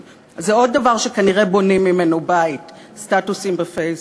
אבל זה עוד דבר שכנראה בונים ממנו בית: סטטוסים בפייסבוק.